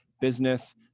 business